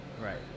right